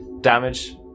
damage